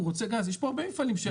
יש עוד הרבה מפעלים.